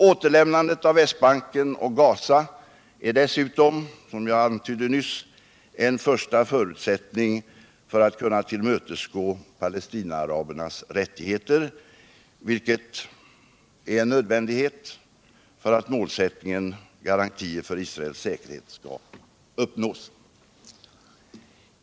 Återlämnandet av Västbanken och Ghaza är dessutom, som jag antydde tidigare, en första förutsättning för att kunna tillgodose palestinaarabernas rättigheter, vilket är en nödvändighet för att målsättningen, garantier för Israels säkerhet, skall uppnås.